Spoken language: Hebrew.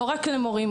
לא רק למורים,